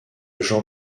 jean